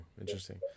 Interesting